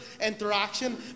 interaction